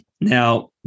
Now